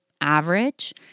average